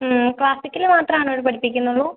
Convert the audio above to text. മ്മ് classical മാത്രമാണോ അവിടെ പഠിപ്പിക്കുന്നുള്ളു